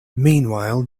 meanwhile